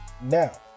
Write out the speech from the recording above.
now